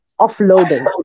offloading